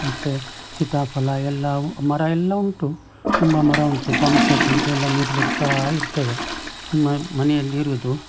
ಮತ್ತು ಸೀತಾಫಲ ಎಲ್ಲ ಮರಯೆಲ್ಲ ಉಂಟು ತುಂಬ ಮರ ಉಂಟು ಪಂಪ್ ಸೆಟ್ ಉಂಟು ಎಲ್ಲ ನೀರು ಬಿಡ್ತಾಯಿರ್ತೇವೆ ಸುಮ್ನೆ ಮನೆಯಲ್ಲಿರುವುದು